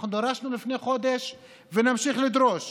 אנחנו דרשנו לפני חודש ונמשיך לדרוש